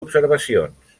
observacions